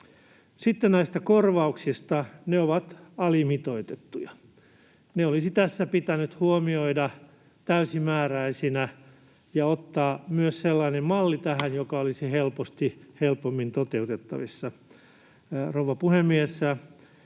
Sitten näistä korvauksista: Ne ovat alimitoitettuja. Ne olisi tässä pitänyt huomioida täysimääräisinä ja ottaa tähän myös sellainen malli, joka olisi helpommin toteutettavissa. Rouva puhemies!